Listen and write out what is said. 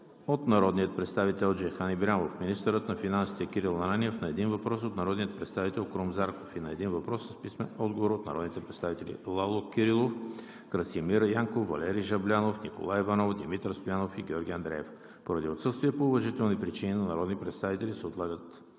от народния представител Джейхан Ибрямов; - министърът на финансите Кирил Ананиев – на един въпрос от народния представител Крум Зарков; и на един въпрос с писмен отговор от народните представители Лало Кирилов, Красимир Янков, Валери Жаблянов, Николай Иванов, Димитър Стоянов и Георги Андреев. Поради отсъствие по уважителни причини на народни представители се отлагат